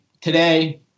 Today